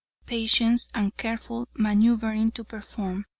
patience, and careful maneuvering to perform.